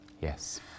Yes